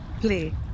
play